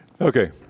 Okay